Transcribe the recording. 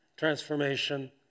Transformation